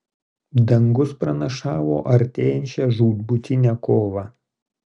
dangus pranašavo artėjančią žūtbūtinę kovą